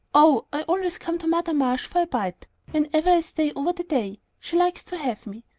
oh, i always come to mother marsh for a bite whenever i stay over the day. she likes to have me.